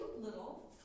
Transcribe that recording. little